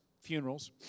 funerals